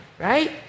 right